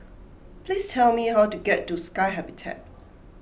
please tell me how to get to Sky Habitat